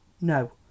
No